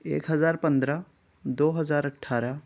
ایک ہزار پندرہ دو ہزار اٹھارہ